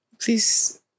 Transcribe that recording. Please